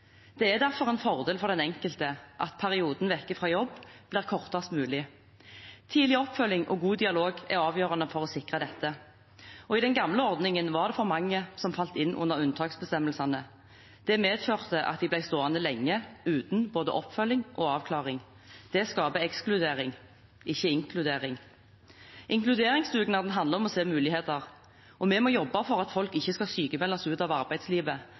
Det er derfor en fordel for den enkelte at perioden borte fra jobb blir kortest mulig. Tidlig oppfølging og god dialog er avgjørende for å sikre dette, og i den gamle ordningen var det for mange som falt inn under unntaksbestemmelsene. Det medførte at de ble stående lenge uten både oppfølging og avklaring. Det skaper ekskludering, ikke inkludering. Inkluderingsdugnaden handler om å se muligheter. Vi må jobbe for at folk ikke skal sykmeldes ut av arbeidslivet,